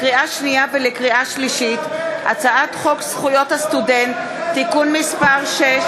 לקריאה שנייה ולקריאה שלישית: הצעת חוק זכויות הסטודנט (תיקון מס' 6),